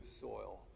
soil